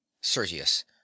Sergius